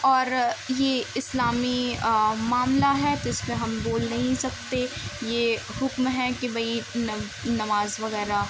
اور یہ اسلامی معاملہ ہے جس پہ ہم بول نہیں سکتے یہ حکم ہے کہ بھئی نماز وغیرہ